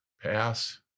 Pass